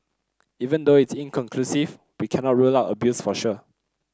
even though it's inconclusive we cannot rule out abuse for sure